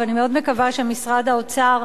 ואני מאוד מקווה שמשרד האוצר,